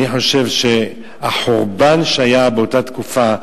אני חושב שהחורבן שהיה באותה תקופה,